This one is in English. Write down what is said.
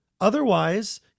Otherwise